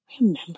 remember